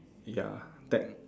ya tech~